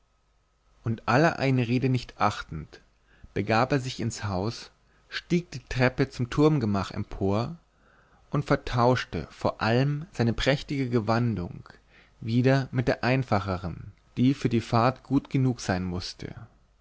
und aller einrede nicht achtend begab er sich ins haus stieg die treppe zum turmgemach empor und vertauschte vor allem seine prächtige gewandung wieder mit der einfacheren die für die fahrt gut genug sein mußte